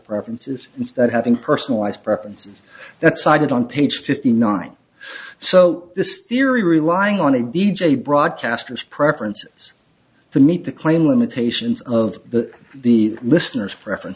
preferences and that having personalised preferences that sided on page fifty nine so this theory relying on a d j broadcasters preference is to meet the claim limitations of the the listeners preference